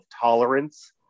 tolerance